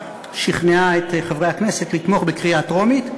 שכנעה את חברי הכנסת לתמוך בקריאה טרומית,